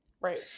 Right